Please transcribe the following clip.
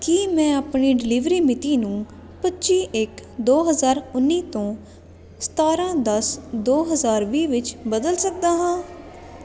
ਕੀ ਮੈਂ ਆਪਣੀ ਡਿਲੀਵਰੀ ਮਿਤੀ ਨੂੰ ਪੱਚੀ ਇੱਕ ਦੋ ਹਜ਼ਾਰ ਉੱਨੀ ਤੋਂ ਸਤਾਰ੍ਹਾਂ ਦਸ ਦੋ ਹਜ਼ਾਰ ਵੀਹ ਵਿੱਚ ਬਦਲ ਸਕਦਾ ਹਾਂ